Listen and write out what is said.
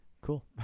Cool